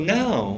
now 、